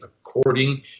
according